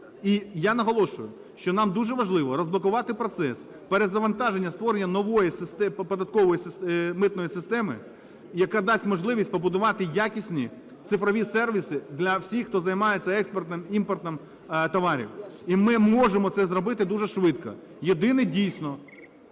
І я наголошую, що нам дуже важливо розблокувати процес перезавантаження, створення нової податкової, митної системи, яка дасть можливість побудувати якісні цифрові сервіси для всіх, хто займається експортом, імпортом товарів. І ми можемо це зробити дуже швидко. Єдине, дійсно…